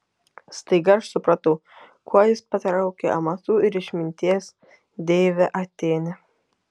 staiga aš supratau kuo jis patraukė amatų ir išminties deivę atėnę